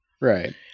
Right